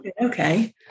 Okay